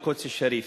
אל-קודס א-שריף.